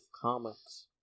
comics